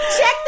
Check